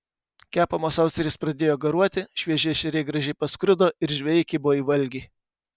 kepamos austrės pradėjo garuoti švieži ešeriai gražiai paskrudo ir žvejai kibo į valgį